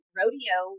rodeo